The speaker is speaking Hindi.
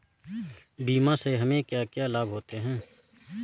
बीमा से हमे क्या क्या लाभ होते हैं?